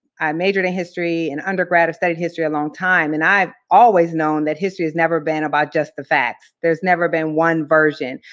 i majored in history in undergrad. i've studied history a long time. and i've always known that history has never been about just the facts. there's never been one version.